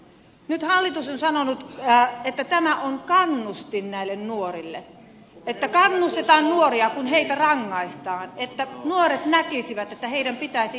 nyt hallitus on sanonut että tämä on kannustin näille nuorille että kannustetaan nuoria kun heitä rangaistaan että nuoret näkisivät että heidän pitäisi myös itse toimia